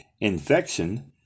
Infection